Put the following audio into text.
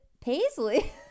paisley